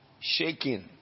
shaking